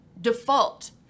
default